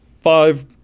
five